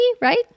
right